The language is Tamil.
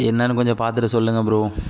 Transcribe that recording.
என்னான்னு கொஞ்சம் பார்த்துட்டு சொல்லுங்கள் ப்ரோ